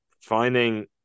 finding